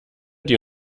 die